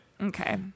Okay